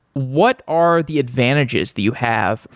what are the advantages that you have?